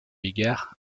égard